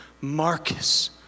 Marcus